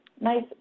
Nice